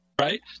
right